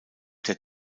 der